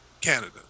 Canada